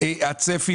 הצפי